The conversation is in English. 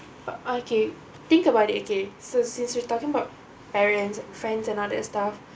for okay think about it okay so since we are talking about parents friends and other stuff